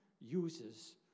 uses